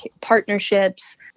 partnerships